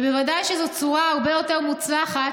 ובוודאי שזו צורה הרבה יותר מוצלחת